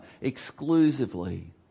exclusively